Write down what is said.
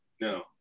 No